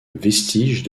vestige